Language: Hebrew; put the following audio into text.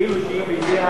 .